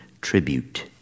tribute